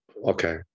Okay